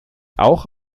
auch